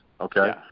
okay